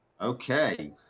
Okay